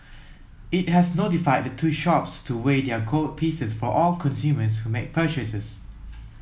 it has notified the two shops to weigh their gold pieces for all consumers who make purchases